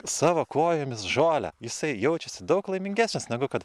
savo kojomis žolę jisai jaučiasi daug laimingesnis negu kad